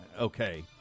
okay